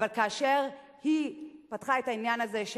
אבל כאשר היא פתחה את העניין הזה של